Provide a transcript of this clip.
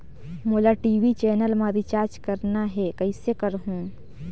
मोला TV channel मा recharge करना हे, कइसे करहुँ?